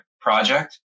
project